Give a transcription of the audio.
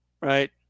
right